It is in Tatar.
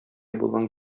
булган